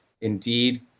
Indeed